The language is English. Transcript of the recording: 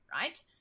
right